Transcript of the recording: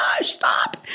stop